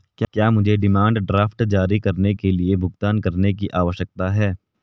क्या मुझे demand draft जारी करने के लिए भुगतान करने की आवश्यकता है?